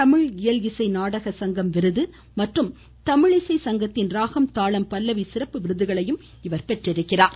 தமிழ் இயல் இசை நாடக சங்கம் விருது மற்றும் தமிழ் இசை சங்கத்தின் ராகம் தானம் பல்லவி சிறப்பு விருதுகளை பெற்றவர் ஆவார்